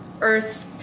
Earth